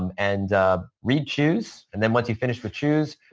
um and read choose and then once you're finished with choose,